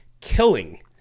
killing